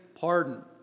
pardon